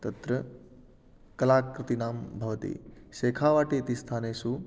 तत्र कलाकृतीनां भवति सेखावट् इति स्थानेषु